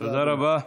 תודה רבה.